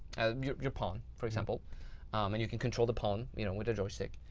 your your pawn for example and you can control the pawn with a joystick